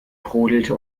brodelte